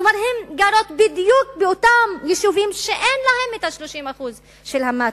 כלומר הן גרות בדיוק באותם יישובים שאין להם את ה-30% ל"מצ'ינג".